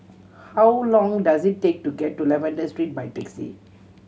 how long does it take to get to Lavender Street by taxi